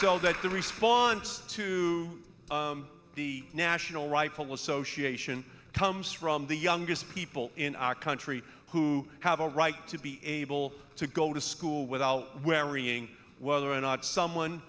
so that the response to the national rifle association comes from the youngest people in our country who have a right to be able to go to school without wearing whether or not someone